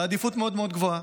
בעדיפות מאוד מאוד גבוהה.